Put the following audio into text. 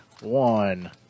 one